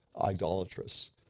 idolatrous